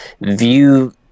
view